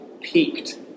peaked